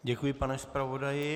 Děkuji, pane zpravodaji.